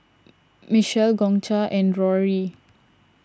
Michele Concha and Rory